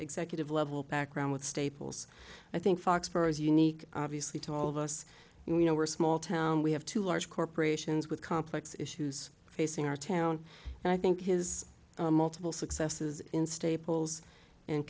executive level background with staples i think foxboro is unique obviously to all of us you know we're small town we have two large corporations with complex issues facing our town and i think his multiple successes in staples and